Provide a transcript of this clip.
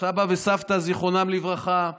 סבא וסבתא, זיכרונם לברכה,